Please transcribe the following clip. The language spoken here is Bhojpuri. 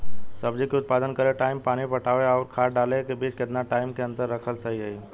सब्जी के उत्पादन करे टाइम पानी पटावे आउर खाद डाले के बीच केतना टाइम के अंतर रखल सही रही?